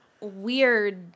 weird